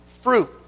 fruit